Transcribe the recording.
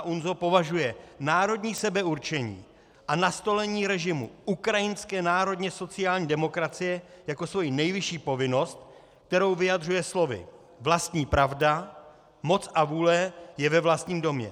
UNAUNZO považuje národní sebeurčení a nastolení režimu ukrajinské národně sociální demokracie jako svoji nejvyšší povinnost, kterou vyjadřuje slovy: vlastní pravda, moc a vůle je ve vlastním domě.